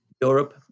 europe